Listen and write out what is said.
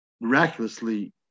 miraculously